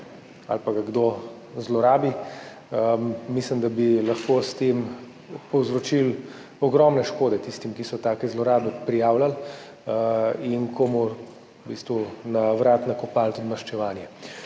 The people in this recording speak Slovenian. ali pa ga kdo zlorabi – mislim, da bi lahko s tem povzročili ogromno škode tistim, ki so take zlorabe prijavljali, in komu v bistvu na vrat nakopali tudi maščevanje.